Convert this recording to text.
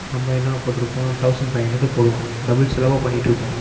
நம்ம என்ன போட்டுருப்போம் டௌசண்ட் ஃபைவ் ஹண்ட்ரடுக்கு போடுவோம் டபுள் செலவாக பண்ணிகிட்டு இருப்போம்